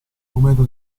rumeno